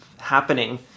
happening